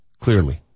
clearly